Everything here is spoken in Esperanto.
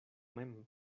mem